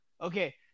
Okay